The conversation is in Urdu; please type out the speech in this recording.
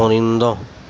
پرندہ